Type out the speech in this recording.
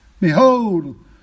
behold